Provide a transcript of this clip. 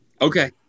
Okay